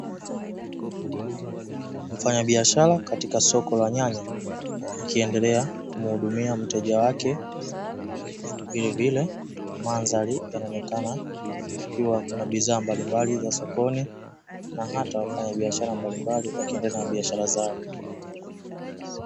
Mfanya biashara katika soko la nyanya akiendelea kumhudumia mteja wake, vilevile mandhari yanaonekana kukiwa kuna bidhaa mbalimbali za sokoni na hata wafanya biashara mbalimbali wakiendelea na biashara zao.